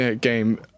game